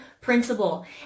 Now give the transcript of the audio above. principle